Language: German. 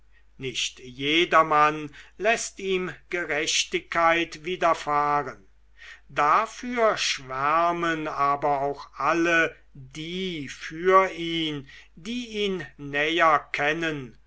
nicht jedermann läßt ihm gerechtigkeit widerfahren dafür schwärmen aber auch alle die für ihn die ihn näher kennen